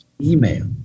Email